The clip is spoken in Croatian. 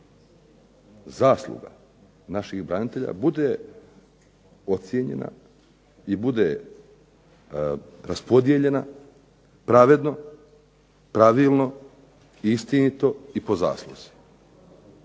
zasluga naših branitelja bude ocjenjena i bude raspodijeljena pravedno, pravilno, istinito i po zasluzi.